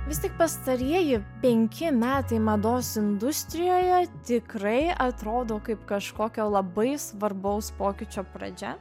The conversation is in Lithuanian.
vis tik pastarieji penki metai mados industrijoje tikrai atrodo kaip kažkokio labai svarbaus pokyčio pradžia